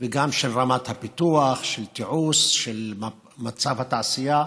וגם של רמת הפיתוח, של התיעוש, של מצב התעשייה,